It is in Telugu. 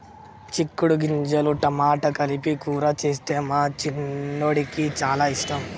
చిక్కుడు గింజలు టమాటా కలిపి కూర చేస్తే మా చిన్నోడికి చాల ఇష్టం